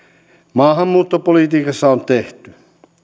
maahanmuuttopolitiikassa on tehty